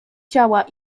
ciała